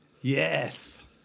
Yes